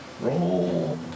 roll